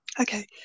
Okay